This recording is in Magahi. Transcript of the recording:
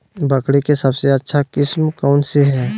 बकरी के सबसे अच्छा किस्म कौन सी है?